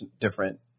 different